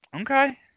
Okay